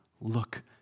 Look